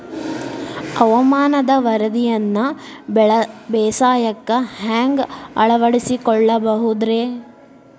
ಹವಾಮಾನದ ವರದಿಯನ್ನ ಬೇಸಾಯಕ್ಕ ಹ್ಯಾಂಗ ಅಳವಡಿಸಿಕೊಳ್ಳಬಹುದು ರೇ?